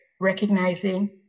recognizing